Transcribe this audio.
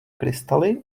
krystaly